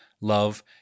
love